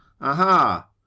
aha